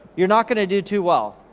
you're not gonna do too well.